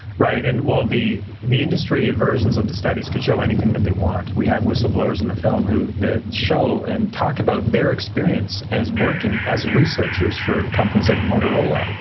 right. and well, the the industry versions of the studies could show anything that they want. we have whistleblowers in the film who show and talk about their experience as working as researchers for companies like motorola,